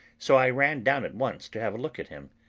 so i ran down at once to have a look at him.